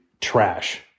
trash